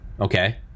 okay